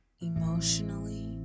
emotionally